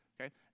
okay